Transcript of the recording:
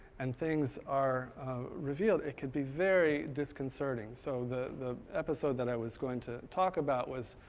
and things are revealed, it could be very disconcerting. so the episode that i was going to talk about was